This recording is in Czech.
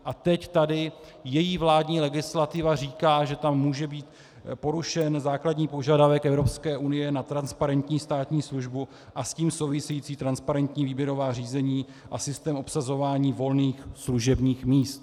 A teď tady její vládní legislativa říká, že tam může být porušen základní požadavek Evropské unie na transparentní státní službu a s tím související transparentní výběrová řízení a systém obsazování volných služebních míst.